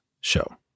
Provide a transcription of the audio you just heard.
show